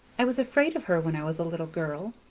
i was afraid of her when i was a little girl,